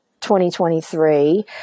2023